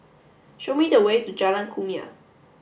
show me the way to Jalan Kumia